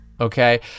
okay